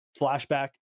Flashback